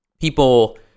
People